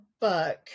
book